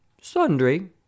Sundry